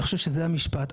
אני חושב שזה המשפט,